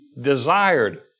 desired